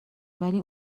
ولی